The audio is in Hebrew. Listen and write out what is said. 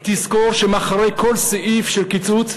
תזכור שמאחורי כל סעיף של קיצוץ,